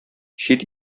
чит